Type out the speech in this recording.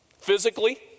physically